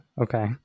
okay